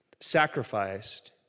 sacrificed